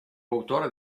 autore